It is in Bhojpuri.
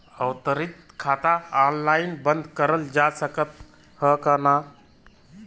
आवर्ती खाता ऑनलाइन बन्द करल जा सकत ह का?